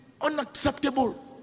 unacceptable